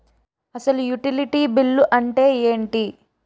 అసలు utility bill అంతే ఎంటి?